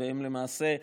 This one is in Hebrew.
למעשה,